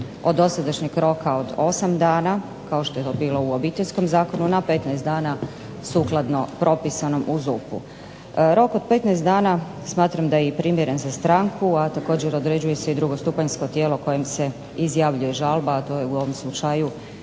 od dosadašnjeg roka od 8 dana, kao što je to bilo u Obiteljskom zakonu, na 15 dana sukladno propisanom u ZUP-u. Rok od 15 dana smatram da je i primjeren za stranku, a također određuje se i drugostupanjsko tijelo kojem se izjavljuje žalba, a to je u ovom slučaju